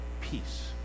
peace